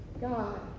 God